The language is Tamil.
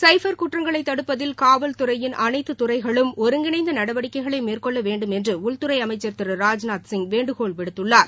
சைபர் குற்றங்களை தடுப்பதில் காவல் துறையின் அனைத்து துறைகளும் ஒருங்கிணைந்த நடவடிக்கைகளை மேற்கொள்ளவேண்டும் என்று உள்துறை அமைச்சர் திரு ராஜ்நாத் சிங் வேண்டுகோள் விடுத்துள்ளார்